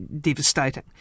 devastating